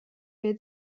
pie